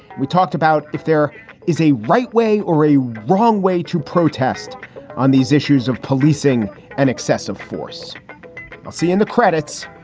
we talked about if there is a right way or a wrong way to protest on these issues of policing and excessive force see, in the credits,